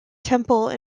temple